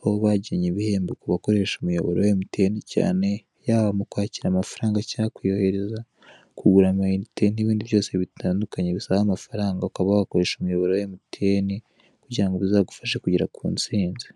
aho bageneye ibihembo kubakoresha umuyoboro wa emutiyene cyane, yaba mu kwakira amafaranga , cyangwa kuyohereza, kugura amayinite n'ibindi byose bitandukanye bisaba amafaranga. Ukaba wakoresha umuyoboro wa emutiyene kugira ngo bizagufashe kugera ku nsinzi.